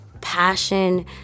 passion